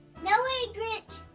no way grinch!